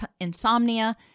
insomnia